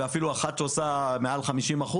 ואפילו אחת שעושה מעל 50%,